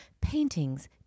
paintings